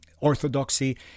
orthodoxy